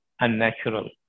unnatural